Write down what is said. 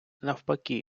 навпаки